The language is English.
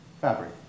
fabric